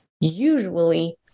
usually